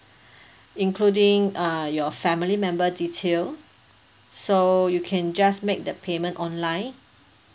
including uh your family member detail so you can just make the payment online